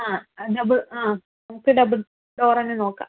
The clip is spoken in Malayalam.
ആ ഡബിൾ ആ നമുക്ക് ഡബിൾ ഡോർ തന്നെ നോക്കാം